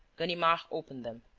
ganimard opened them.